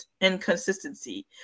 inconsistency